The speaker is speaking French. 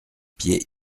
pieds